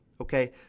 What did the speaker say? okay